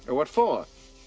but what for?